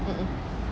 mmhmm